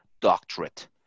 doctorate